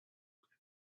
come